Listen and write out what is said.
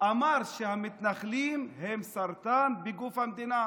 אמר שהמתנחלים הם סרטן בגוף המדינה.